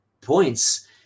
points